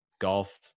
Golf